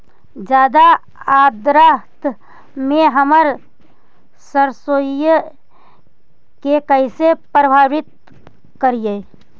जादा आद्रता में हमर सरसोईय के कैसे प्रभावित करतई?